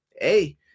Hey